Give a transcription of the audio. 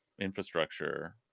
infrastructure